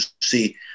see